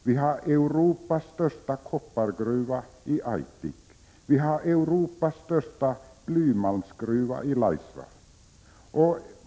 Vi har Europas största koppargruva i Aitik och Europas största blymalmsgruva i Laisvall.